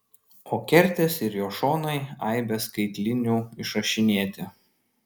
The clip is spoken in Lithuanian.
o kertės ir jo šonai aibe skaitlinių išrašinėti